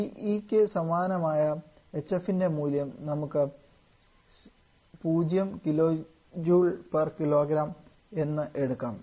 TE ക്ക് സമാനമായ hf ൻറ മൂല്യം നമുക്ക് 0kJkg എന്ന് എടുക്കാം